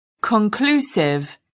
conclusive